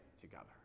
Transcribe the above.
together